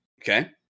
Okay